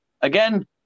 again